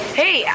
hey